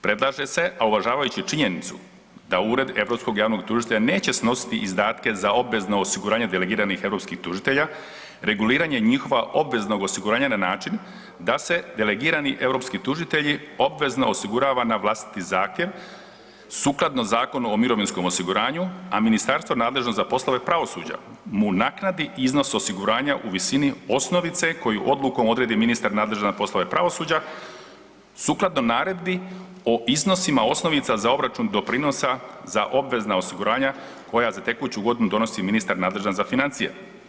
Predlaže se a uvažavajući činjenicu da Ured europskog javnog tužitelja neće snositi izdatke za obvezna osiguranja delegiranih europskih tužitelja, reguliranje njihova obveznog osiguranja na način da se delegirani europski tužitelji obvezno osigurava na vlastiti zahtjev sukladno Zakonu o mirovinskom osiguranju a ministarstvo nadležno za poslove pravosuđa u naknadi iznos osiguranja u visinu osnovice koju odlukom odredi ministar nadležan za poslove pravosuđa, sukladno naredbi o iznosima osnovica za obračun doprinosa za obvezna osiguranja koja za tekuću godinu donosi ministar nadležan za financije.